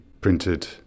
printed